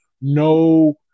no –